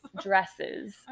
dresses